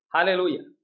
Hallelujah